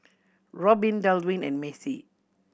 Robbin Dalvin and Maci